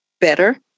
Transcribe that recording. better